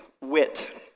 wit